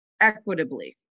equitably